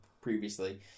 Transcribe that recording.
previously